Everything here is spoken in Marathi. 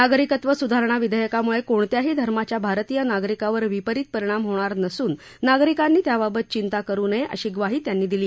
नागरिकत्व सुधारणा विधेयकामुळे कोणत्याही धर्माच्या भारतीय नागरिकावर विपरित परिणाम होणार नसून नागरिकांनी त्याबाबत चिंता करु नये अशी ग्वाही त्यांनी दिली